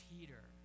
Peter